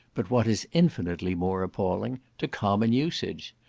but what is infinitely more appalling, to common usage.